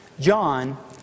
John